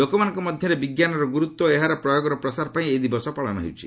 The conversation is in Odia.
ଲୋକମାନଙ୍କ ମଧ୍ୟରେ ବିଜ୍ଞାନର ଗୁରୁତ୍ୱ ଓ ଏହାର ପ୍ରୟୋଗର ପ୍ରସାରପାଇଁ ଏହି ଦିବସ ପାଳିତ ହେଉଛି